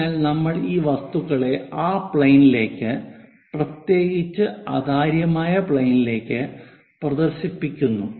അതിനാൽ നമ്മൾ ഈ വസ്തുക്കളെ ആ പ്ലെയിനിലേക്ക് പ്രത്യേകിച്ച് അതാര്യമായ പ്ലെയിനിലേക്ക് പ്രദർശിപ്പിക്കുന്നു